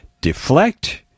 deflect